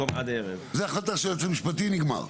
זו החלטה של היועץ המשפטי, נגמר.